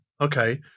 Okay